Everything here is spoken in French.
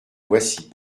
voici